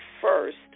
first